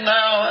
now